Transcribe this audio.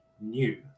new